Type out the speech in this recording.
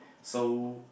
so